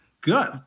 good